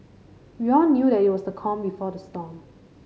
we all knew that it was the calm before the storm